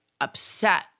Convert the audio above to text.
upset